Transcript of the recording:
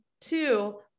two